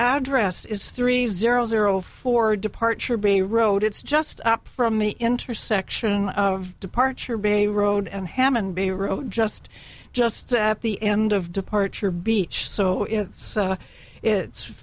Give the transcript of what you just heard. address is three zero zero four departure b road it's just up from the intersection of departure bay road and hammond b road just just at the end of departure beach so it's it's